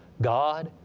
god,